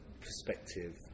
perspective